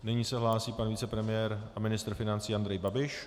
Nyní se hlásí pan vicepremiér a ministr financí Andrej Babiš.